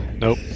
Nope